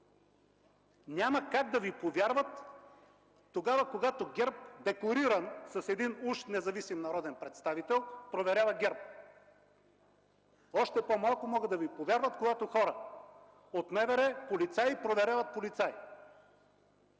Няма как да Ви повярват тогава, когато ГЕРБ, декориран с един уж независим народен представител, проверява ГЕРБ. Още по-малко могат да Ви повярват, когато хора от МВР, полицаи, проверяват полицаи.